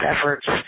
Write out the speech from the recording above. efforts